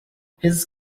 his